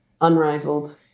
Unrivaled